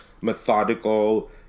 methodical